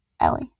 Ellie